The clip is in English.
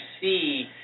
see